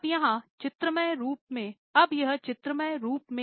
अब यहाँ चित्रमय रूप में